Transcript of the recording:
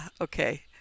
okay